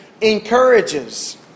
encourages